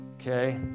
Okay